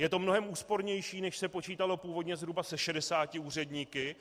Je to mnohem úspornější, než se počítalo původně se 60 úředníky.